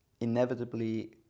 inevitably